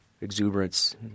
exuberance